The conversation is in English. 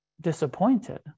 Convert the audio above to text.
disappointed